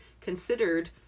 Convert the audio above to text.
considered